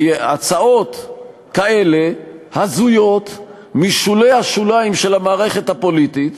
כי הצעות כאלה הזויות משולי השוליים של המערכת הפוליטית